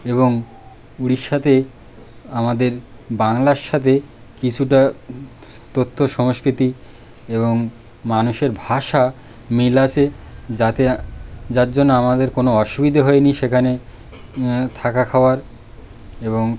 এবং উড়িষ্যাতে আমাদের বাংলার সাথে কিছুটা তথ্য সংস্কৃতি এবং মানুষের ভাষা মিল আছে যাতে যার জন্য আমাদের কোনো অসুবিধে হয়নি সেখানে থাকা খাওয়ার এবং